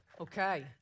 Okay